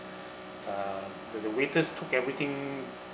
uh when the waiters took everything